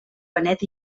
benet